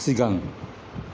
सिगां